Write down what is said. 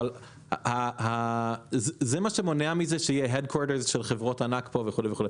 אבל זה מה שמונע מזה שיהיה headquarters של חברות ענק פה וכו'.